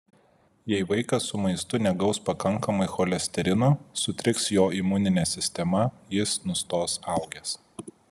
jei vaikas su maistu negaus pakankamai cholesterino sutriks jo imuninė sistema jis nustos augęs